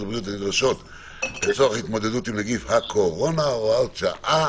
הבריאות הנדרשות לצורך התמודדות עם נגיף הקורונה) (הוראת שעה).